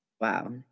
Wow